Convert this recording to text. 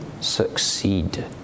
succeed